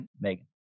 Megan